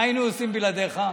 מה היינו עושים בלעדיך?